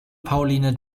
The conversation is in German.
pauline